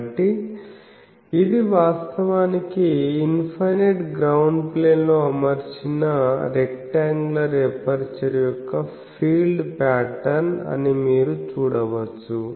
కాబట్టి ఇది వాస్తవానికి ఇన్ఫైనైట్ గ్రౌండ్ ప్లేన్ లో అమర్చిన రెక్టాంగ్యులర్ ఎపర్చరు యొక్క ఫీల్డ్ ప్యాటర్న్ అని మీరు చూడవచ్చు